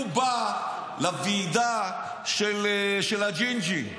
הוא בא לוועידה של הג'ינג'י,